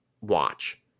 watch